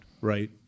right